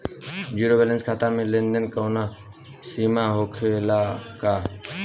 Zero balance खाता में लेन देन के कवनो सीमा होखे ला का?